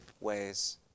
ways